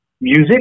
Music